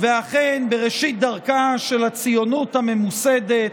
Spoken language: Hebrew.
בראשית דרכה של הציונות הממוסדת,